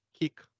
kick